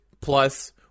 plus